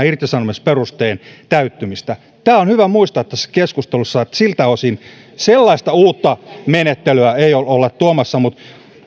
irtisanomisperusteen täyttymistä tämä on hyvä muistaa tässä keskustelussa että siltä osin sellaista uutta menettelyä ei olla tuomassa mutta